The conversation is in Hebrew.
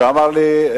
שאמר לי: